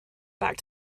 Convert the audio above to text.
back